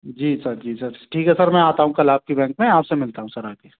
जी sir जी sir ठीक है सर मैं आता हूँ कल आपके बैंक में आप से मिलता हूँ सर आकर